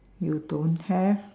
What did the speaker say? you don't have